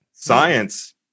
science